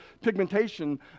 pigmentation